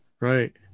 right